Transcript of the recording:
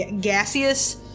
gaseous